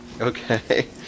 okay